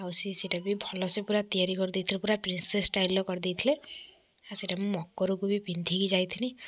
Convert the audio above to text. ଆଉ ସିଏ ସେଟା ବି ଭଲସେ ପୁରା ତିଆରି କରିଦେଇଥିଲେ ପୁରା ପ୍ରିନସେସ୍ ଷ୍ଟାଇଲ୍ର କରିଦେଇଥିଲେ ଆଉ ସେଟା ମୁଁ ମକର କୁ ବି ପିନ୍ଧିକି ଯାଇଥିଲି